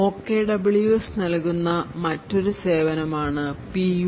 OKWS നൽകുന്ന മറ്റൊരു സേവനമാണ് PUBD